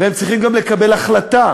והם צריכים גם לקבל החלטה,